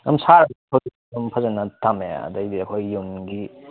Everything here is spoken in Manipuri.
ꯑꯗꯨꯝ ꯁꯥꯔꯒ ꯑꯗꯨꯝ ꯐꯖꯅ ꯊꯝꯃꯦ ꯑꯗꯩꯗꯤ ꯑꯩꯈꯣꯏꯒꯤ ꯌꯨꯝꯒꯤ